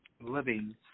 living